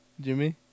Jimmy